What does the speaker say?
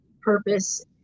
purpose